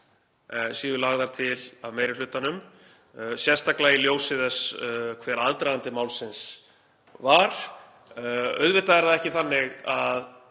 séu lagðar til af meiri hlutanum, sérstaklega í ljósi þess hver aðdragandi málsins var. Auðvitað getum við